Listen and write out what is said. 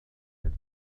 had